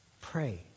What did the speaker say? pray